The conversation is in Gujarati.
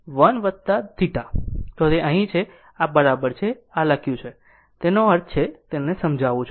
તો તે અહીં છે આ તે બરાબર છે આ લખ્યું છે તેનો અર્થ છે તેને સમજાવું